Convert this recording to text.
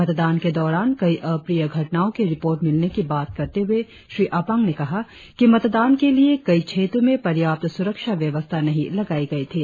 मतदान के दौरान कई अप्रिय घटनाओ की रिपोर्ट मिलने की बात करते हुए श्री अपांग कहा कि मतदान के लिए कई क्षेत्रों में पर्याप्त सुरक्षा व्यवस्था नही लगाई गई थी